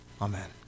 Amen